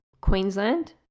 Queensland